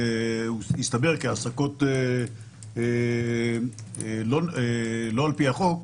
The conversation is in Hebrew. הסתבר כעֲסָקוֹת לא על פי החוק,